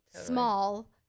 small